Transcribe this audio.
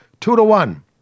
Two-to-one